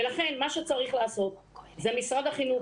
ולכן מה שצריך לעשות הוא שמשרד החינוך